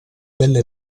bella